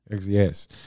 Yes